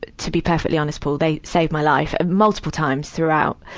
to be perfectly honest, paul, they saved my life multiple times throughout,